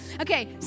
Okay